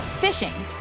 fishing.